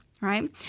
Right